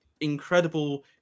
incredible